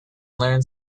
learn